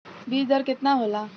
बीज दर केतना होला?